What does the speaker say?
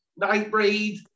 Nightbreed